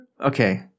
Okay